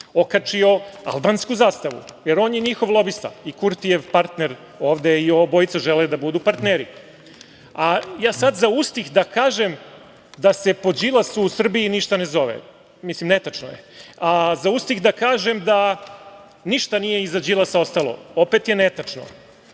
okačio albansku zastavu, jer on je njihov lobista i Kurtijev partner ovde, obojica žele da budu partneri. Sad zaustih da kažem da se po Đilasu u Srbiji ništa ne zove, mislim netačno je. Zaustih da kažem da ništa nije iza Đilasa ostalo, opet je netačno.